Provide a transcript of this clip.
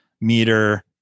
meter